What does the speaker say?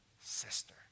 sister